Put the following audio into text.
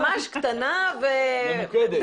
ממש קטנה ו --- ממוקדת.